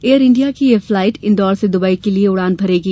air India की यह flight Indore से दुबई के लिए उड़ान भरेगी